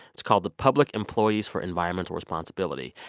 it's called the public employees for environmental responsibility.